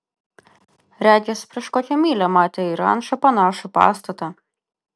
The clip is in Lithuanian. regis prieš kokią mylią matė į rančą panašų pastatą